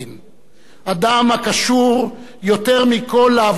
אדם הקשור יותר מכול לעבודת האדמה,